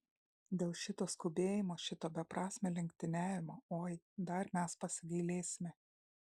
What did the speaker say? dėl šito skubėjimo šito beprasmio lenktyniavimo oi dar mes pasigailėsime